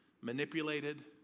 manipulated